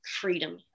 freedom